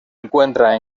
encuentra